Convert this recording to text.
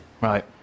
Right